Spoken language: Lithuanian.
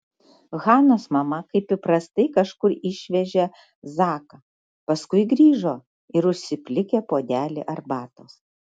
hanos mama kaip įprastai kažkur išvežė zaką paskui grįžo ir užsiplikė puodelį arbatos